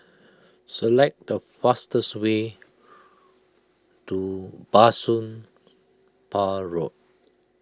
select the fastest way to Bah Soon Pah Road